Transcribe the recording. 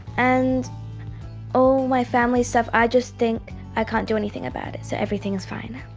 and all my family stuff, i just think i can't do anything about it, so everything is fine.